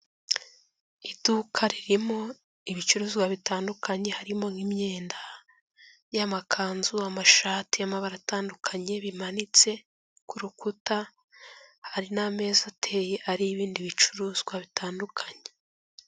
Iduka ririmo ibicuruzwa bitandukanye, harimo nk'imyenda y'amakanzu, amashati y'amabara atandukanye bimanitse ku rukuta, hari n'ameza ateye ariho ibindi bicuruzwa bitandukanye.